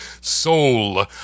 Soul